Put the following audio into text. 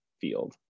field